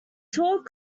taught